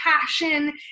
passion